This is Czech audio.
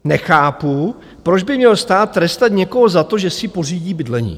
Nechápu, proč by měl stát trestat někoho za to, že si pořídí bydlení.